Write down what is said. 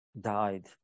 died